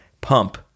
pump